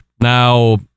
Now